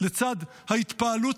ולצד דברי השבח של היום הזה, לצד ההתפעלות